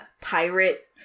pirate